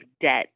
debt